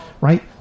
Right